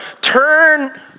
Turn